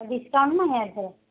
discount ନାହିଁ